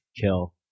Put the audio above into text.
kill